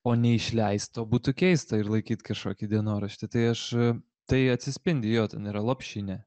o neišleist to būtų keista ir laikyt kažkokį dienoraštį tai aš tai atsispindi jo ten yra lopšinė